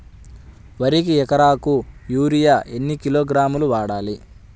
వరికి ఎకరాకు యూరియా ఎన్ని కిలోగ్రాములు వాడాలి?